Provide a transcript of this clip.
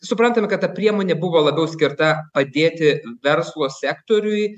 suprantam kad ta priemonė buvo labiau skirta padėti verslo sektoriui